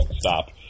stop